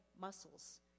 muscles